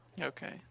okay